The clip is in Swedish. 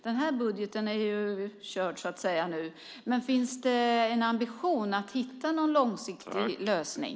Den budget som nu är lagd är så att säga körd, men finns det en ambition att hitta en långsiktig lösning?